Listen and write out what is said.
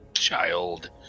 Child